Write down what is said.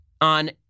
on